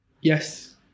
Yes